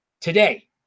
today